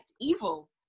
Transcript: evil